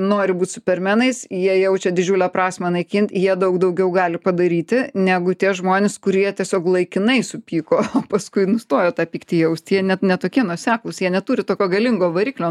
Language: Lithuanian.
nori būt supermenais jie jaučia didžiulę prasmę naikint jie daug daugiau gali padaryti negu tie žmonės kurie tiesiog laikinai supyko paskui nustojo tą pyktį jaust jie net ne tokie nuoseklūs jie neturi tokio galingo variklio